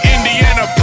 Indiana